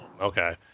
Okay